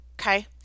okay